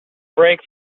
brake